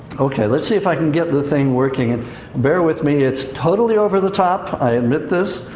okay, let's see if i can get the thing working. and bear with me. it's totally over the top, i admit this,